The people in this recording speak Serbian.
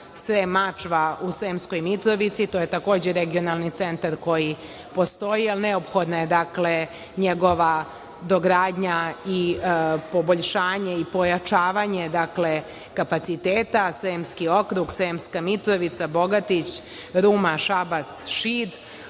u Sremskoj Mitrovici. To je takođe regionalni centar koji postoji, ali neophodna je njegova dogradnja i poboljšanje i pojačavanje kapaciteta, Sremski okrug, Sremska Mitrovica, Bogatić, Ruma, Šabac, Šid.